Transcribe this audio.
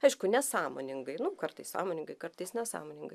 aišku nesąmoningai nu kartais sąmoningai kartais nesąmoningai